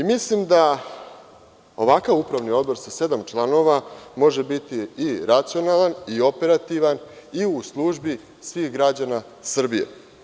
Mislim da ovakav upravni odbor za sedam članova može biti i racionalan i operativan i u službi svih građana Srbije.